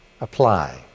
Apply